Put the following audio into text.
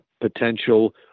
potential